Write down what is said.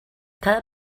cada